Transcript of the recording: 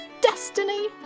destiny